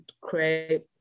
create